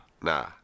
Nah